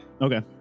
Okay